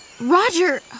Roger